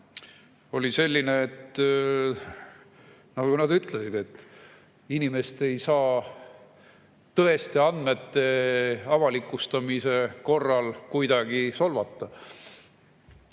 oli selline, nagu nad ütlesid, et inimest ei saa tõeste andmete avalikustamise korral kuidagi solvata.